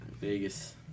Vegas